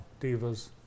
Divas